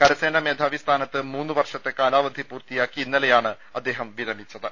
കരസേന മേധാവി സ്ഥാനത്ത് മൂന്നുവർഷത്തെ കാലാവധി പൂർത്തിയാക്കി ഇന്നലെയാണ് അദ്ദേഹം വിരമിച്ചത്